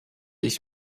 ich